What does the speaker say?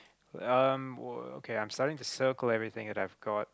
um well okay I'm starting to circle everything that I've got